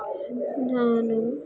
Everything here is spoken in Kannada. ನಾನು